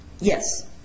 yes